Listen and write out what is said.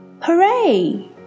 Hooray